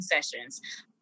sessions